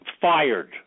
fired